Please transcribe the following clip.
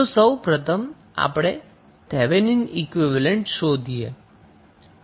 તો સૌ પ્રથમ આપણે થેવેનિન ઈક્વીવેલેન્ટ શોધીએ